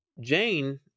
Jane